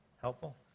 Helpful